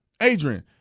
Adrian